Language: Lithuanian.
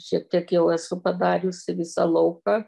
šiek tiek jau esu padariusi visą lauką